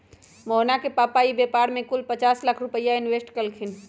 मोहना के पापा ने ई व्यापार में कुल पचास लाख रुपईया इन्वेस्ट कइल खिन